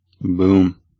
Boom